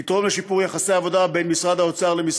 לתרום לשיפור יחסי עבודה בין משרד האוצר לבין